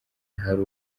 hari